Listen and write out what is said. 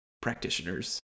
practitioners